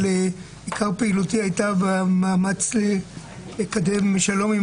אבל עיקר פעילותי היה במאמץ לקדם שלום עם